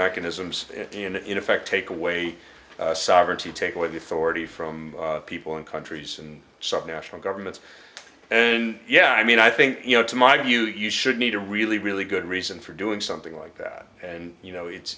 mechanisms in effect take away sovereignty take away the authority from people in countries and sub national governments and yeah i mean i think you know to my view you should need a really really good reason for doing something like that and you know it's